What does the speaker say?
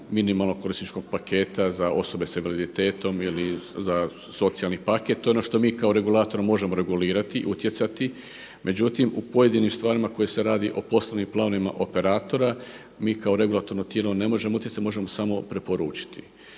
minimalnog korisničkog paketa za osobe sa invaliditetom ili za socijalni paket, to je ono što mi kao regulator možemo regulirati i utjecati. Međutim u pojedinim stvarima u kojima se radi o poslovnim planovima operatora mi kao regulatorno tijelo ne možemo utjecati, možemo samo preporučiti.